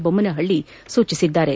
ಬೊಮ್ಮನಹಳ್ಳಿ ಸೂಚಿಸಿದ್ದಾರೆ